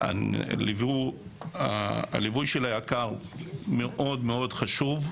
הליווי של היק"ר מאוד חשוב,